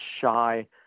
shy